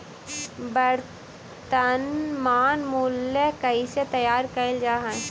वर्तनमान मूल्य कइसे तैयार कैल जा हइ?